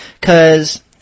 Cause